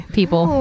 people